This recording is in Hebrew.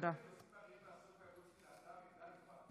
ובעקבות דיון מהיר בהצעתם של חברי הכנסת מופיד מרעי